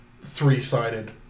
three-sided